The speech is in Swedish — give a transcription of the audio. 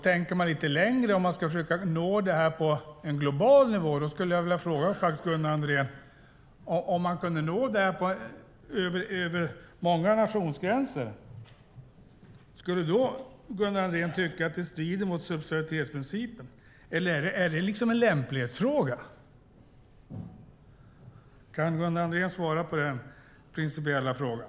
Tänker man lite längre och vill försöka nå det här på en global nivå, över många nationsgränser, skulle då Gunnar Andrén tycka att det strider mot subsidiaritetsprincipen, eller är det liksom en lämplighetsfråga? Kan Gunnar Andrén svara på den principiella frågan?